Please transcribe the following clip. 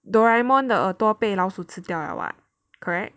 Doraemon 的耳朵被老鼠吃掉了 [what] correct